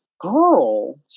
girl